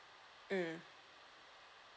mm